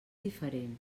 diferent